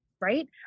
Right